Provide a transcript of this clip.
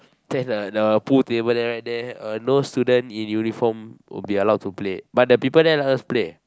then the the pool table there write there no student in uniform would be allowed to play but the people there let us play